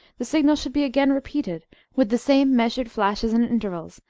the signal should be again repeated with the same measured flashes and intervals,